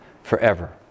Forever